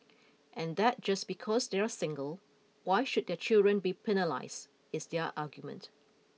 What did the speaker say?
and that just because they are single why should their children be penalised is their argument